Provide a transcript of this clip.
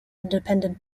independent